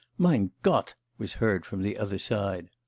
mein gott was heard from the other side.